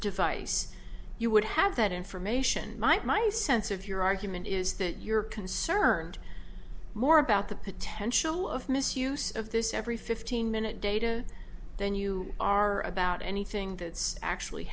device you would have that information might my sense of your argument is that you're concerned more about the potential of misuse of this every fifteen minute data than you are about anything that's actually